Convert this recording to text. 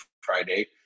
Friday